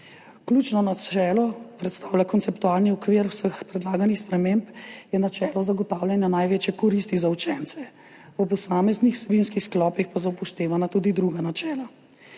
Ključno načelo, ki predstavlja konceptualni okvir vseh predlaganih sprememb, je načelo zagotavljanja največje koristi za učence, v posameznih vsebinskih sklopih pa so upoštevana tudi druga načela.